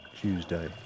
Tuesday